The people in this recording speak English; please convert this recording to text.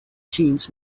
teens